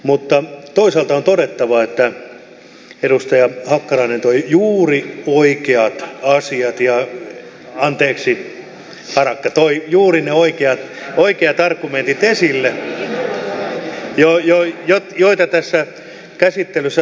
mutta toisaalta on todettava että edustaja hakkarainen toi juuri oikeat asiat anteeksi harakka toi juuri ne oikeat argumentit esille joita tässä käsittelyssä tarvitaan